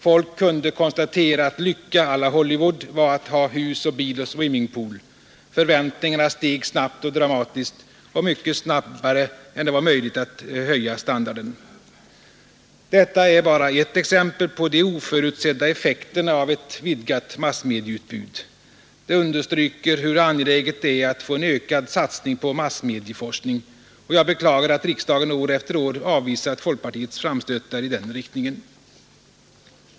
Folk kunde konstatera att lycka å la Hollywood var att ha hus, bil och swimmingpool. Förväntningarna steg snabbt och dramatiskt, mycket snabbare än det var möjligt att höja standarden. Detta är bara ett exempel på de oförutsedda effekterna av ett vidgat massmedieutbud. Det understryker hur angeläget det är med en ökad satsning på massmedieforskning. Jag beklagar att riksdagen år efter år avvisat folkpartiets framstötar i den riktningen.